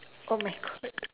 oh my god